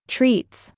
Treats